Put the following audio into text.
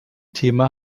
thema